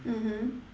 mmhmm